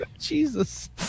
Jesus